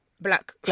black